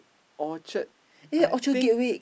Orchard I think